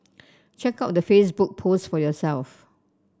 check out the Facebook post for yourself